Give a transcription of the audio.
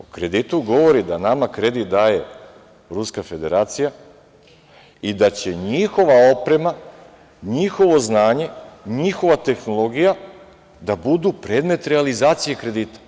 O kreditu govori da nama kredit daje Ruska Federacija i da će njihova oprema, njihovo znanje, njihova tehnologija da budu predmet realizacije kredita.